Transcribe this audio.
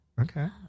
okay